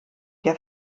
der